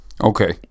Okay